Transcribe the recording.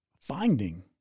finding